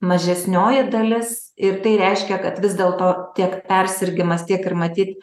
mažesnioji dalis ir tai reiškia kad vis dėlto tiek persirgimas tiek ir matyt